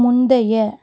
முந்தைய